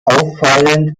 auffallend